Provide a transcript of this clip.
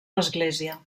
l’església